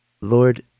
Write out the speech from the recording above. Lord